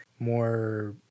More